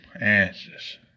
answers